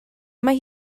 mae